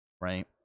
right